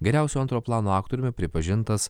geriausiu antro plano aktoriumi pripažintas